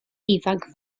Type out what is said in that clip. ifanc